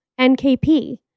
NKP